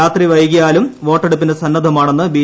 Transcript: രാത്രി വൈകിയാലും വോട്ടെടുപ്പിന് സന്നദ്ധമാണെന്ന് ബി